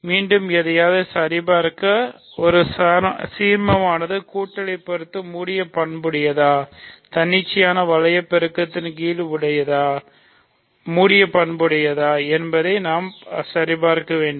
மீண்டும் எதையாவது சரிபார்க்க ஒரு சீர்மமானது கூட்டலை பொறுத்து மூடிய பண்புடையதா தன்னிச்சையான வளைய பெருக்கத்தின் கீழ் மூடிய பண்புடையதா என்பதை நாம் சரிபார்க்க வேண்டும்